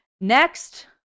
Next